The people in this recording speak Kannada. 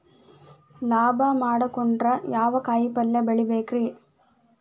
ಲಾಭ ಮಾಡಕೊಂಡ್ರ ಯಾವ ಕಾಯಿಪಲ್ಯ ಬೆಳಿಬೇಕ್ರೇ?